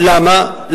למה?